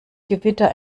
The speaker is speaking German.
gewitter